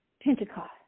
Pentecost